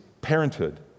parenthood